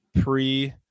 pre